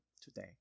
today